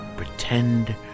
pretend